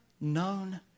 known